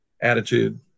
attitude